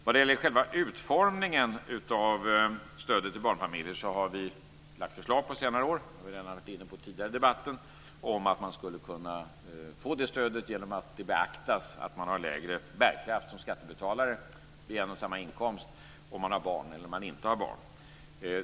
Vad det gäller själva utformningen av stödet till barnfamiljer har vi på senare år lagt fram förslag, vilket vi har varit inne på tidigare i debatten, om att man skulle kunna få det stödet genom att det beaktas att man har lägre bärkraft som skattebetalare vid en och samma inkomst om man har barn än om man inte har barn.